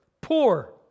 poor